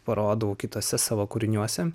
parodau kituose savo kūriniuose